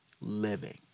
living